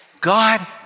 God